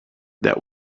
that